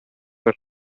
per